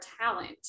talent